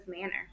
manner